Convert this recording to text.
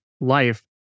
life